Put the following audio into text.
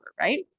right